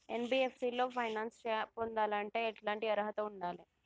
NBFC లో finance పొందాలంటే ఎట్లాంటి అర్హత ఉండాలే?